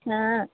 ହଁ